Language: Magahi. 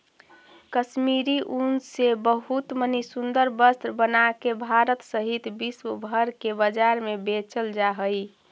कश्मीरी ऊन से बहुत मणि सुन्दर वस्त्र बनाके भारत सहित विश्व भर के बाजार में बेचल जा हई